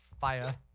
fire